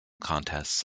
contests